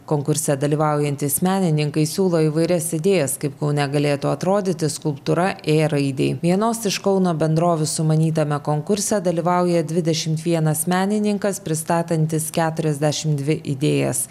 konkurse dalyvaujantys menininkai siūlo įvairias idėjas kaip kaune galėtų atrodyti skulptūra ė raidei vienos iš kauno bendrovių sumanytame konkurse dalyvauja dvidešimt vienas menininkas pristatantis keturiasdešim dvi idėjas